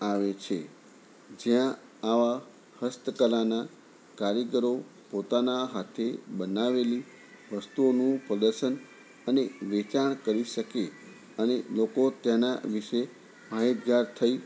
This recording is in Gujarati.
આવે છે જ્યાં આવા હસ્તકલાના કારીગરો પોતાના હાથે બનાવેલી વસ્તુઓનું પ્રદર્શન અને વેચાણ કરી શકે અને લોકો તેના વિષે માહિતગાર થઇ